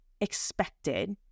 expected